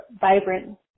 vibrant